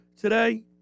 today